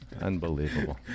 unbelievable